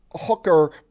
Hooker